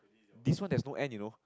this one there's no end you know